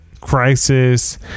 crisis